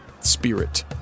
spirit